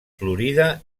florida